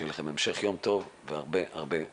שיהיה לכם המשך יום טוב והרבה הצלחה.